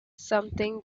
something